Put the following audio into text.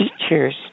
teachers